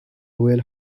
royal